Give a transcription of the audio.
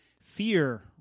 fear